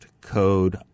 code